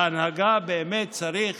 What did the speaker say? בהנהגה באמת צריך